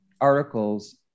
articles